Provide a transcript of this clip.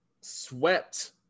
swept